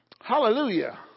Hallelujah